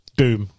doom